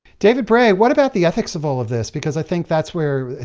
david bray, what about the ethics of all of this? because, i think that's where,